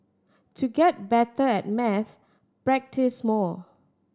to get better at maths practise more